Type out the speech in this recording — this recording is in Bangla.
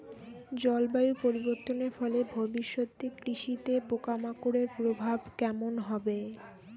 জলবায়ু পরিবর্তনের ফলে ভবিষ্যতে কৃষিতে পোকামাকড়ের প্রভাব কেমন হবে?